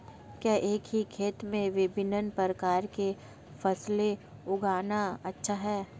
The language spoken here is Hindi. क्या एक ही खेत में विभिन्न प्रकार की फसलें उगाना अच्छा है?